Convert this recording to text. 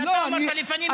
ואתה אמרת: לפנים משורת הדין.